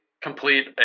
complete